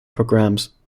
programmes